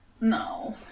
No